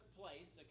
place